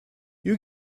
you